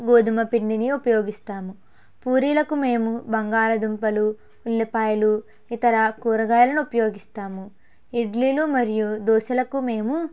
గోధుమపిండిని ఉపయోగిస్తాము పూరీలకు మేము బంగాళదుంపలు ఉల్లిపాయలు ఇతర కూరగాయలను ఉపయోగిస్తాము ఇడ్లీలు మరియు దోసలకు మేము